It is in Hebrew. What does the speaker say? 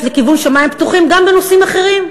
לכיוון שמים פתוחים גם בנושאים אחרים.